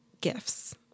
gifts